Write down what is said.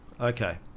okay